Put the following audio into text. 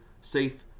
safe